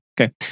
Okay